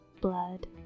blood